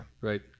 Right